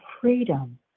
freedom